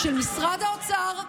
של משרד האוצר,